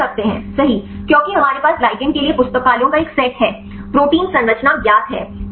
हम कर सकते हैं सही क्योंकि हमारे पास लिगेंड के लिए पुस्तकालयों का एक सेट है प्रोटीन संरचना ज्ञात है